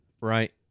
right